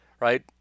right